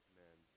Amen